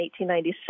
1897